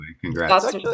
congrats